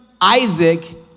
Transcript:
Isaac